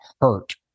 hurt